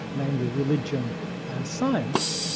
namely religion and science,